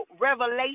revelation